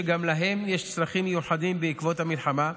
שגם להן יש צרכים מיוחדים בעקבות המלחמה,